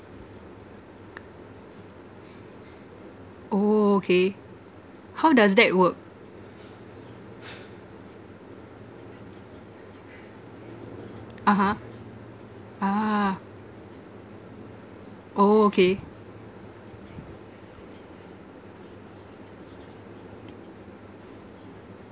oh okay how does that work (uh huh) ah oh okay